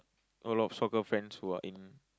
a lot of soccer friends who are in